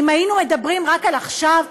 אם היינו מדברים רק על עכשיו,